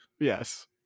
Yes